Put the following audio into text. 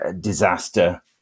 Disaster